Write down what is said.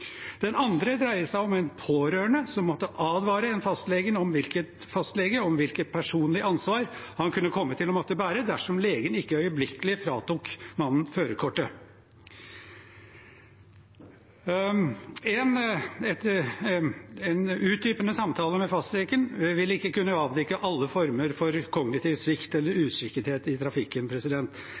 Den andre dreier seg om en pårørende som måtte advare en fastlege om hvilket personlig ansvar han kunne komme til å måtte bære dersom legen ikke øyeblikkelig fratok mannen førerkortet. En utdypende samtale med fastlegen vil ikke kunne avdekke alle former for kognitiv svikt eller uskikkethet i trafikken.